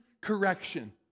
correction